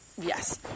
Yes